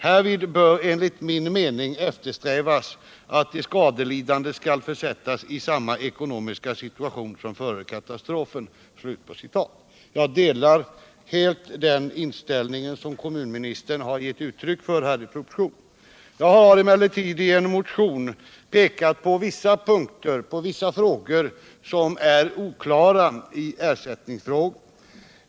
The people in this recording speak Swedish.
Härvid bör enligt min mening eftersträvas att de skadelidande skall försättas i samma ekonomiska situation som före katastrofen.” Jag delar helt den inställning som kommunministern har givit uttryck för. Jag har emellertid i en motion pekat på vissa punkter som är oklara i ersättningsfrågan.